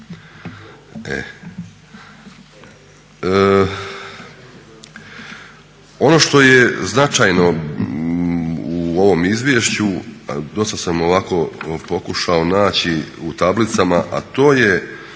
Ono što je značajno u ovom izvješću, dosad sam ovako pokušao naći u tablicama, a to je